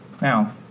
Now